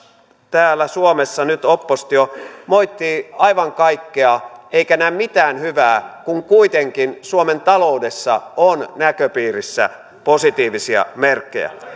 täällä suomessa nyt oppositio moittii aivan kaikkea eikä näe mitään hyvää kun kuitenkin suomen taloudessa on näköpiirissä positiivisia merkkejä